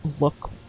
look